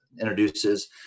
Introduces